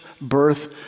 birth